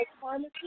Pharmacy